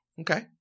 Okay